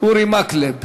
אורי מקלב.